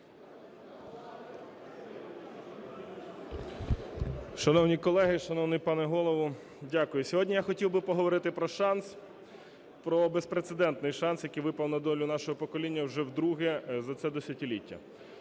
Шановні колеги, шановний пане Голово! Дякую. Сьогодні я хотів би поговорити про шанс, про безпрецедентний шанс, який випав на долю нашого покоління вже вдруге за це десятиліття.